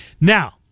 Now